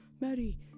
Maddie